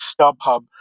StubHub